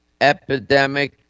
epidemic